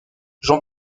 jean